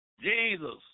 Jesus